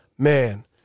Man